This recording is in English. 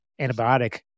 antibiotic